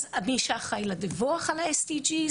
מי שאחראי לדיווח על ה-SDG,